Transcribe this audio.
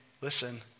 listen